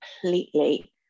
completely